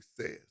says